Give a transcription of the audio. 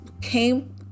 came